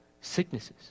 sicknesses